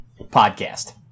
podcast